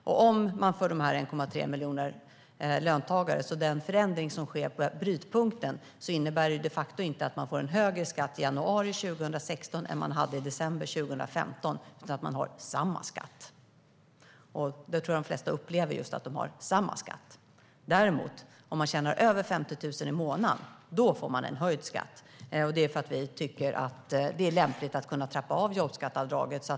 Förändringen i brytpunkten för dessa 1,3 miljoner löntagare innebär de facto inte att de får en högre skatt i januari 2016 än de hade i december 2015. De har samma skatt. Jag tror att de flesta upplever att de har samma skatt. Om man tjänar över 50 000 i månaden får man en höjd skatt. Det är för att vi tycker att det är lämpligt att trappa av jobbskatteavdraget.